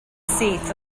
syth